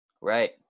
Right